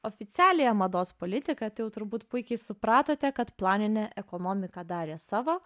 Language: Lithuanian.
oficialiąją mados politiką tai jau turbūt puikiai supratote kad planinė ekonomika darė savo